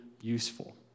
useful